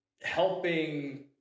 helping